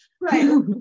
right